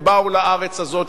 ובאו לארץ הזאת,